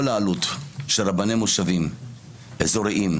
כל העלות של רבני מושבים אזוריים,